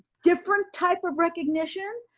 different type of recognition.